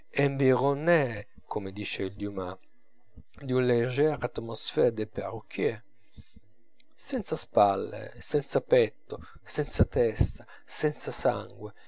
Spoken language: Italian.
mazzettino environnés come dice il dumas d'une légére atmosphère de perruquier senza spalle senza petto senza testa senza sangue